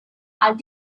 and